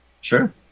sure